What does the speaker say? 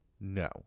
No